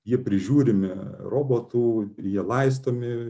jie prižiūrimi robotų jie laistomi